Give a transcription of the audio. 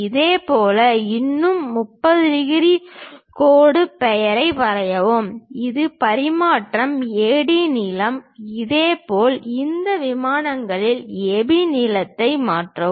இதேபோல் இன்னும் 30 டிகிரி கோடு பெயரை வரையவும் இது பரிமாற்ற AD நீளம் இதேபோல் இந்த விமானங்களில் AB நீளத்தை மாற்றவும்